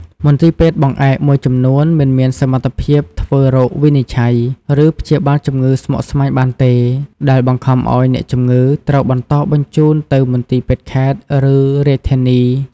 មន្ទីរពេទ្យបង្អែកមួយចំនួនមិនមានសមត្ថភាពធ្វើរោគវិនិច្ឆ័យ ឬព្យាបាលជំងឺស្មុគស្មាញបានទេ ដែលបង្ខំឱ្យអ្នកជំងឺត្រូវបន្តបញ្ជូនទៅមន្ទីរពេទ្យខេត្ត ឬរាជធានី។